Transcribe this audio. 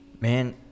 Man